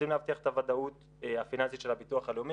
רוצים להבטיח את הוודאות הפיננסית של הביטוח הלאומי